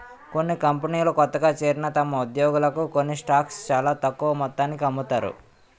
కొన్ని కంపెనీలు కొత్తగా చేరిన తమ ఉద్యోగులకు కొన్ని స్టాక్స్ చాలా తక్కువ మొత్తానికి అమ్ముతారు